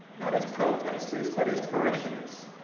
not as protesters but as parishioners.